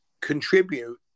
contribute